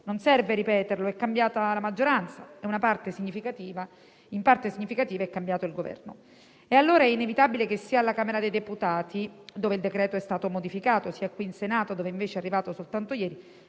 Non serve ripeterlo: è cambiata la maggioranza e, in parte significativa, è cambiato il Governo. È quindi inevitabile che sia alla Camera dei deputati, dove il decreto è stato modificato, sia qui in Senato, dove invece è arrivato soltanto ieri,